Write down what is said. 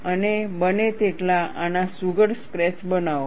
અને બને તેટલા આના સુઘડ સ્કેચ બનાવો